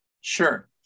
Sure